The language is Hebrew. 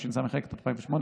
התשס"ח 2008,